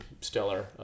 stellar